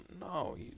No